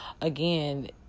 again